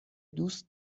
دوست